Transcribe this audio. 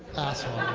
asshole.